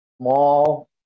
small